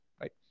right